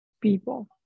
people